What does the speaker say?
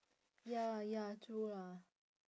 ya ya true ah